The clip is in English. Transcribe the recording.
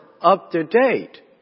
up-to-date